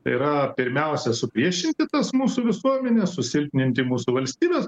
tai yra pirmiausia supriešinti tas mūsų visuomenes susilpninti mūsų valstybes